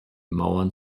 mauern